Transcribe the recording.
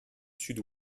sud